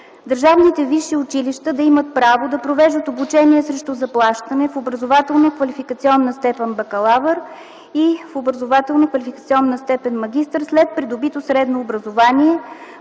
държавните висши училища да имат право да провеждат обучение срещу заплащане в образователно-квалификационна степен „бакалавър” и образователно-квалификационна степен „магистър” след придобито средно образование